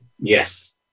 Yes